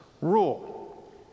rule